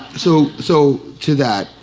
so so, to that,